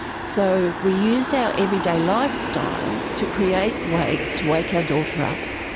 so we used our everyday lifestyle, to create ways to wake our daughter up,